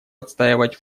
отстаивать